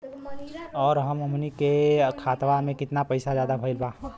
और अब हमनी के खतावा में कितना पैसा ज्यादा भईल बा?